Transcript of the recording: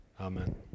amen